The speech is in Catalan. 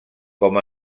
com